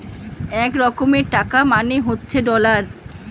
এক রকমের টাকা মানে হচ্ছে ডলার